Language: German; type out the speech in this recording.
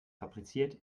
fabriziert